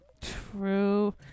True